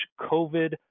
COVID